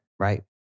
right